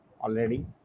already